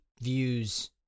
views